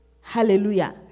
hallelujah